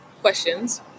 questions